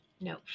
no